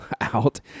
out